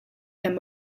them